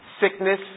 sickness